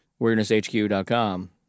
weirdnesshq.com